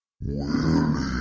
Willie